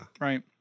right